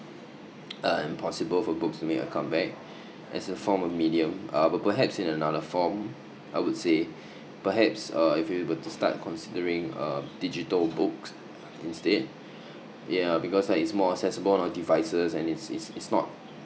err impossible for books to make a comeback as a form of medium or but perhaps in another form I would say perhaps uh if you were to start considering uh digital books instead yeah because like it's more accessible on our devices and it's it's it's not